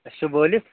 اَسہِ چھا وٲلِتھ